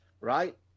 right